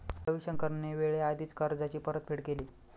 रविशंकरने वेळेआधीच कर्जाची परतफेड केली